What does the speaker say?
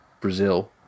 Brazil